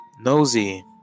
Nosy